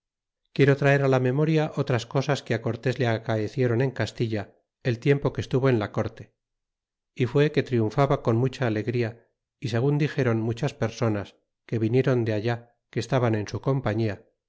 quiero traer la memoria otras cosas que cortes le acaecieron en castilla el tiempo que estuvo en la corte y fue que triunfaba con mucha alegria y segun dixeron muchas personas que vinieron de allá que estaban en su compañía